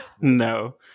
No